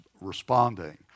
responding